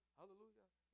hallelujah